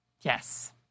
Yes